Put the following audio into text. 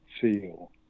feel